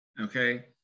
Okay